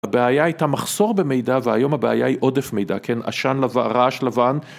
הבעיה הייתה מחסור במידע והיום הבעיה היא עודף מידע כן עשן רעש לבן.